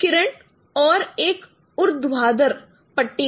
किरण और एक ऊर्ध्वाधरकर पट्टी को